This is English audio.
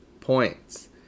points